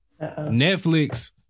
Netflix